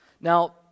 Now